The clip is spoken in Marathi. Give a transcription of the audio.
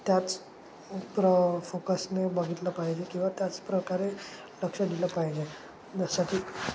त्याच प्र फोकसने बघितलं पाहिजे किंवा त्याचप्रकारे लक्ष दिलं पाहिजे त्यासाठी